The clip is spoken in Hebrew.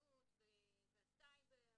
הפרטיות והסייבר